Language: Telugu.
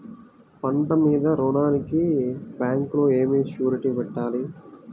పంట మీద రుణానికి బ్యాంకులో ఏమి షూరిటీ పెట్టాలి?